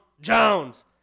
Jones